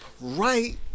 right